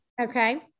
Okay